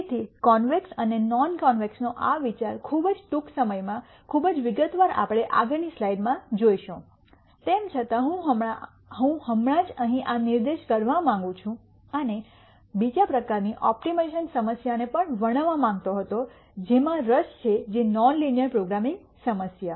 તેથી કોન્વેક્સ અને નોન કોન્વેક્સનો આ વિચાર ખૂબ જ ટૂંક સમયમાં ખૂબ વિગત વગર આપણે આગળની સ્લાઇડ્સમાં જોશું તેમ છતાં હું હમણાં જ અહીં આ નિર્દેશ કરવા માંગુ છું અને બીજા પ્રકારની ઓપ્ટિમાઇઝેશન સમસ્યાને પણ વર્ણવવા માંગતો હતો જેમાં રસ છે જે નોનલીનિયર પ્રોગ્રામિંગ સમસ્યા